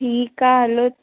ठीकु आहे हलो